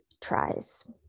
tries